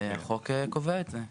החוק קובע את זה.